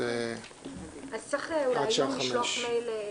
אז צריך אולי היום לשלוח מייל.